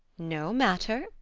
no matter.